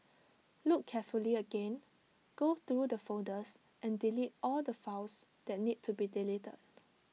look carefully again go through the folders and delete all the files that need to be deleted